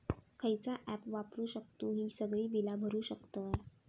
खयचा ऍप वापरू शकतू ही सगळी बीला भरु शकतय?